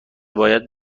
باید